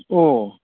अ